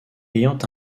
ayant